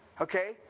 Okay